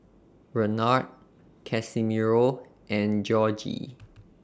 Renard Casimiro and Georgie